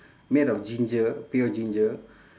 made of ginger pure ginger